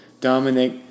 Dominic